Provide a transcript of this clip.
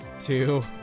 two